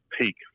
peak